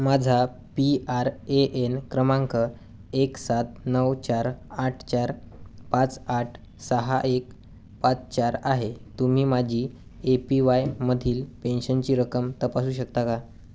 माझा P R A N क्रमांक एक सात नऊ चार आठ चार पाच आठ सहा एक पाच चार आहे तुम्ही माझी ए पी वायमधील पेन्शनची रक्कम तपासू शकता का